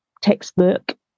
textbook